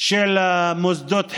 של מוסדות החינוך: